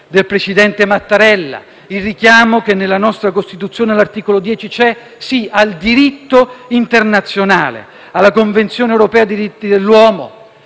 del presidente Mattarella, così come il richiamo che nella nostra Costituzione, all'articolo 10, c'è al diritto internazionale, alla Convenzione europea dei diritti dell'uomo,